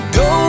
go